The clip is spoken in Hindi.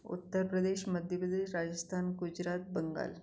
उत्तर प्रदेश मध्य प्रदेश राजस्थान गुजरात बंगाल